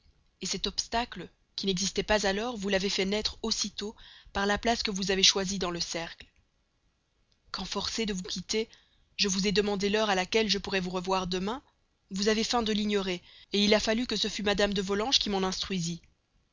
entendue cet obstacle qui n'existait pas alors vous l'avez fait naître aussitôt par la place que vous avez choisie dans le cercle quand forcé de vous quitter je vous ai demandé l'heure à laquelle je pourrais vous revoir demain vous avez feint de l'ignorer il a fallu que ce fût mme de volanges qui m'en instruisît